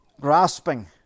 grasping